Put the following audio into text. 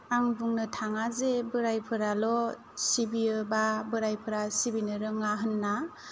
आं बुंनो थाङा जे बोरायफोराल' सिबियो बा बोरायफोरा सिबिनो रोङा होनना